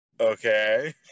Okay